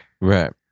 Right